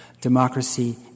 Democracy